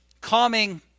calming